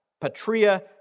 patria